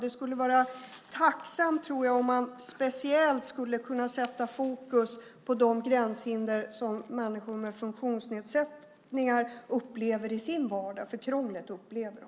Det skulle vara tacksamt om man speciellt skulle kunna sätta fokus på de gränshinder som människor med funktionsnedsättningar upplever i sin vardag, för krånglet upplever de.